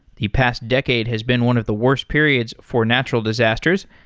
the past decade has been one of the worst periods for natural disasters,